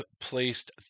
placed